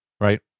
right